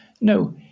No